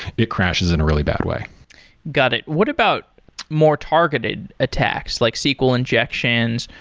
it crashes in a really bad way got it. what about more targeted attacks, like sql injections,